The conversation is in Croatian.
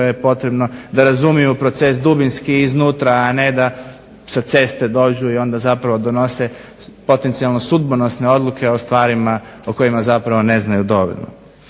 je potrebno da razumiju proces dubinski iznutra, a ne da sa ceste dođu i onda zapravo donose potencijalno sudbonosne odluke o stvarima o kojima ne znaju dovoljno.